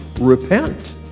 repent